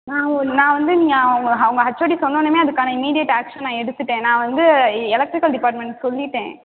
நான் ஓ நான் வந்து நீங்கள் உங்கள் உங்கள் ஹச்ஓடி சொன்சோன்னேயுமே அதுக்கான இமீடியட் ஆக்ஷன் நான் எடுத்துகிட்டேன் நான் வந்து இ எலக்ட்ரிக்கல் டிபார்ட்மெண்ட்டுக்கு சொல்லிவிட்டேன்